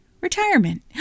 retirement